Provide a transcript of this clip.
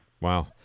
Wow